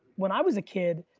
when i was a kid,